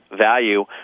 value